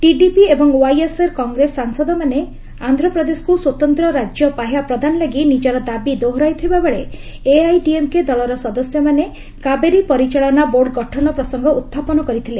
TDP ଏବଂ YSR Congress ସାଂସଦମାନେ ଆନ୍ଧ୍ରପ୍ରଦେଶକୁ ସ୍ୱତନ୍ତ୍ର ରାଜ୍ୟ ପାହ୍ୟା ପ୍ରଦାନ ଲାଗି ନିଜର ଦାବି ଦୋହରାଇଥିବା ବେଳେ ଏଆଇଡିଏମ୍କେ ଦଳର ସଦସ୍ୟମାନେ କାବେରି ପରିଚାଳନା ବୋର୍ଡ ଗଠନ ପ୍ରସଙ୍ଗ ଉତ୍ସାପନ କରିଥିଲେ